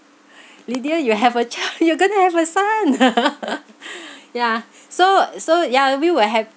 lydia you have a child you're gonna have a son ya so so ya we were ha~